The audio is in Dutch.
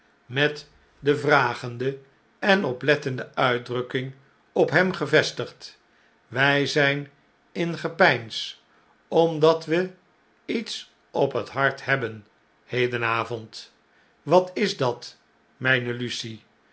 met de vragende en oplettende uitdrukking op hem gevestigd w zijn in gepeins omdat we iets op het hart hebben hedenavond wat is dat mjjne lucie